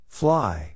fly